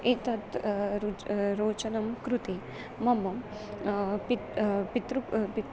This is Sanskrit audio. एतत् रुचिः रोचनं कृते मम पिता पितृ पिता